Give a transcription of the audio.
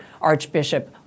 Archbishop